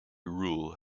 rule